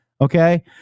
Okay